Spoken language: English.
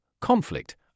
conflict